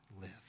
live